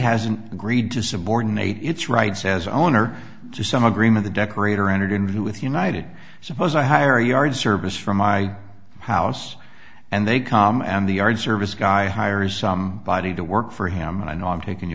hasn't agreed to subordinate its rights as owner to some agreement the decorator entered into with united suppose i hire yard service from my house and they come and the yard service guy hires some body to work for him and i know i'm taking you